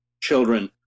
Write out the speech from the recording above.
children